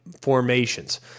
formations